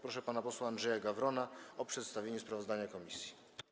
Proszę pana posła Andrzeja Gawrona o przedstawienie sprawozdania komisji.